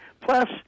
plus